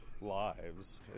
lives